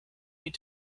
need